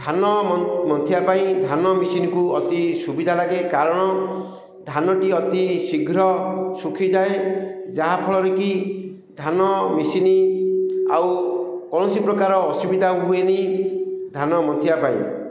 ଧାନ ମନ୍ଥିବା ପାଇଁ ଧାନ ମେସିନ୍କୁ ଅତି ସୁବିଧା ଲାଗେ କାରଣ ଧାନଟି ଅତି ଶୀଘ୍ର ଶୁଖିଯାଏ ଯାହାଫଳରେ କି ଧାନ ମେସିନ୍ ଆଉ କୌଣସି ପ୍ରକାର ଅସୁବିଧା ହୁଏନି ଧାନ ମନ୍ଥିବା ପାଇଁ